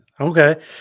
Okay